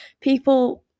people